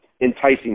enticing